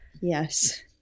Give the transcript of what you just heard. Yes